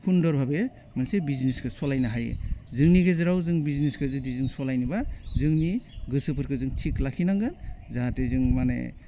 हुन्दर भाबे मोनसे बिजनेसखौ सलायनो हायो जोंनि गेजेराव जों बिजनेसखौ जुदि जों सलायनोबा जोंनि गोसोफोरखौ जों थिग लाखिनांगोन जाहाथे जों माने